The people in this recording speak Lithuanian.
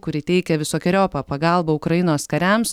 kuri teikia visokeriopą pagalbą ukrainos kariams